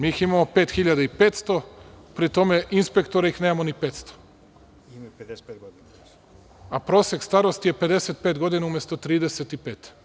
Mi ih imamo 5500, pri tome inspektora nemamo ni 500, a prosek starosti je 55 godina, umesto 35.